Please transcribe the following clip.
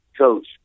coach